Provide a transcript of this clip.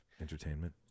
entertainment